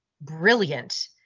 brilliant